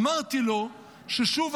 אמרתי לו ששוב,